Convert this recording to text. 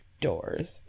doors